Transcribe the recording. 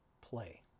play